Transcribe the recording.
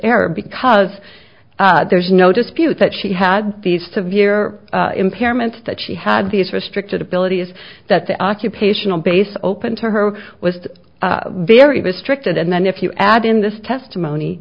error because there's no dispute that she had these severe impairment that she had these restricted abilities that the occupational base open to her was very restricted and then if you add in this testimony